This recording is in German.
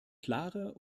klarer